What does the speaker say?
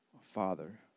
father